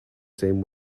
same